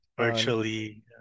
virtually